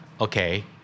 Okay